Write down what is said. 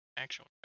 actual